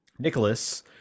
Nicholas